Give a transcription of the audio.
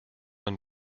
man